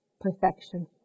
perfection